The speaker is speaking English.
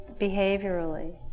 behaviorally